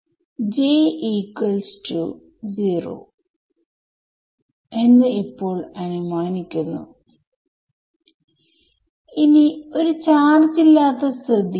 integral methods ന്റെ കേസിൽ നമ്മൾ e യെ j ഒമേഘ t യിലേക്ക് എടുത്തു അത്കൊണ്ട് അതിനെപ്പോഴും ടൈമിന് യോജിച്ച സ്വഭാവം ആണ് ഉണ്ടായിരുന്നത്